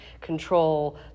control